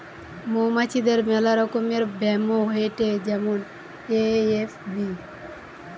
মৌমাছিদের মেলা রকমের ব্যামো হয়েটে যেমন এ.এফ.বি